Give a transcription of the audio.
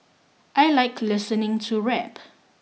I like listening to rap